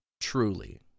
truly